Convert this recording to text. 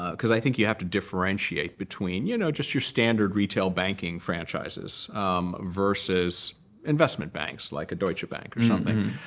cause i think you have to differentiate between you know just your standard retail banking franchises versus investment banks, like a deutsche bank or something.